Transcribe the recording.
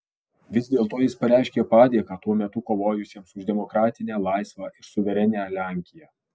vis dėlto jis pareiškė padėką tuo metu kovojusiems už demokratinę laisvą ir suverenią lenkiją